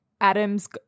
Adam's